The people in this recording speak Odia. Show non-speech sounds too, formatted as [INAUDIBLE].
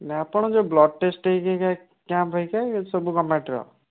ନା ଆପଣ ଯେଉଁ ବ୍ଲଡ଼୍ ଟେଷ୍ଟ୍ [UNINTELLIGIBLE] କ୍ୟାମ୍ପ୍ ହୋଇଥାଏ ସବୁ ଗଭରନମେଣ୍ଟ୍ର